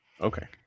Okay